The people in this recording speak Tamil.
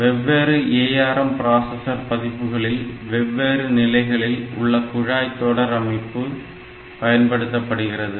வெவ்வேறு ARM பிராசஸர் பதிப்புகளில் வெவ்வேறு நிலைகளில் உள்ள குழாய் தொடரமைப்பு பயன்படுத்தப்படுகிறது